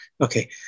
Okay